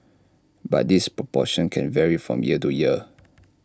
but this proportion can vary from year to year